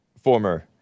former